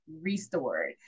Restored